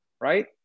Right